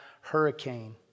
hurricane